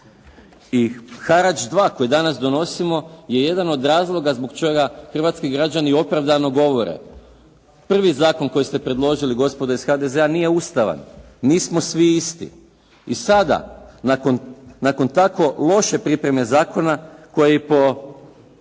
I harač 2 koji danas donosimo je jedan od razloga zbog čega hrvatski građani opravdano govore, prvi zakon koji ste predložili gospodo iz HDZ-a nije ustavan, nismo svi isti. I sada nakon tako loše pripreme zakona koja je i